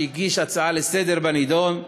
שהגיש הצעה לסדר-היום בנדון,